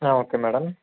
okay madam